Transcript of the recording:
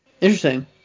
Interesting